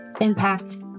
impact